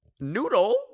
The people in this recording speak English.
noodle